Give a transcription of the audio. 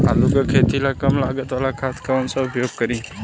आलू के खेती ला कम लागत वाला खाद कौन सा उपयोग करी?